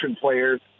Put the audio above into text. players